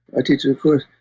i teach a course,